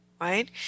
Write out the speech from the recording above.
right